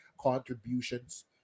contributions